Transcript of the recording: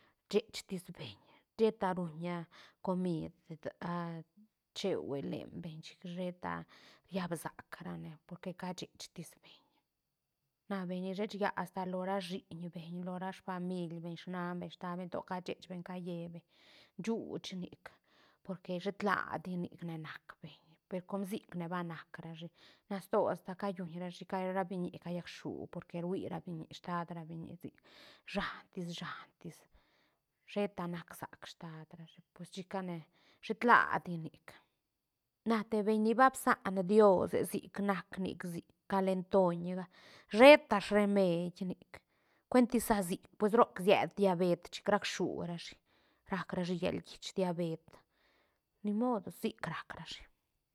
Shech tis beñ sheta ruñ a comid chehue len beñ chic sheta riab sac ra ne porque cashech tis beñ na beñ ni shech yä asta lora shiñ beñ lora famiil beñ snan beñ staat beñ to cashech beñ to ca yee beñ shuuch nic porque shet ladi nic nac beñ per con sicne ba nac rashi na sto asta callun rashi ca ra biñi callac shu porque rhui ra biñi que staat ra biñi sic shantis- shantis sheta nac sac staat rashi pues chicane shet ladi nic na te beñni ba bisan diose sic nac nic sic calentoñga sheta remeñ nic cuentis sa sic pues roc siet diabet chic rac shurashi rac rashi llalguiche diabet ni modos sic rac ra shi.